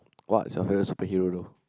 what is your favourite superhero